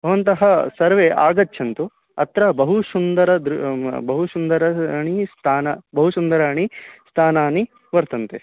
भवन्तः सर्वे आगच्छन्तु अत्र बहु सुन्दरं द्रु बहु सुन्दराणि स्थानं बहु सुन्दराणि स्थानानि वर्तन्ते